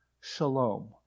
shalom